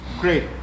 Great